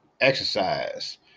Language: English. exercise